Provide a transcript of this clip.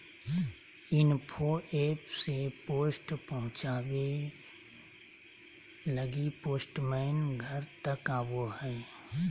info app से post पहुचावे लगी पोस्टमैन घर तक आवो हय